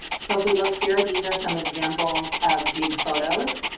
so if we look here, these are some examples of gig photos.